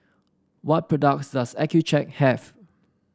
what products does Accucheck have